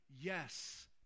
yes